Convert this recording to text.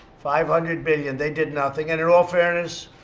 five hundred billion. they did nothing. and, in all fairness,